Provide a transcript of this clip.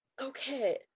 okay